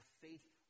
faith